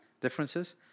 differences